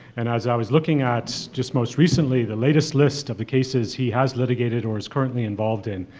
and as i was looking at, just most recently, the latest list of the cases he has litigated or is currently involved in,